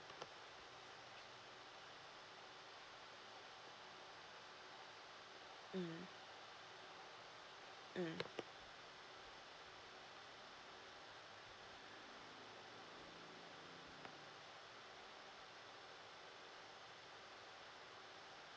mmhmm